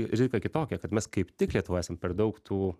riziką kitokią kad mes kaip tik lietuvoj esam per daug tų